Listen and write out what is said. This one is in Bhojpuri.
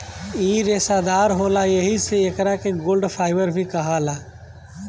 इ रेसादार होला एही से एकरा के गोल्ड फाइबर भी कहाला